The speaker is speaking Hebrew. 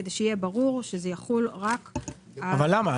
כדי שזה יהיה ברור שזה יחול רק על --- אבל למה?